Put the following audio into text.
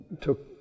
took